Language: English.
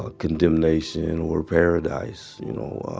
ah condemnation or paradise. you know,